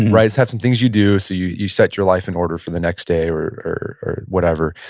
and right? to have some things you do so you you set your life in order for the next day or or whatever.